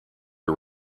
are